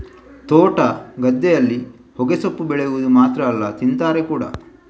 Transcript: ತೋಟ, ಗದ್ದೆನಲ್ಲಿ ಹೊಗೆಸೊಪ್ಪು ಬೆಳೆವುದು ಮಾತ್ರ ಅಲ್ಲ ತಿಂತಾರೆ ಕೂಡಾ